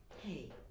hey